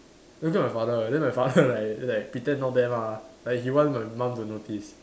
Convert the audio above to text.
looking at my father right then my father is like is like pretend not there lah like he want my mum to notice